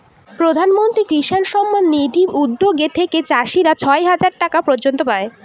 প্রধান মন্ত্রী কিষান সম্মান নিধি উদ্যাগ থেকে চাষীরা ছয় হাজার টাকা পর্য়ন্ত পাই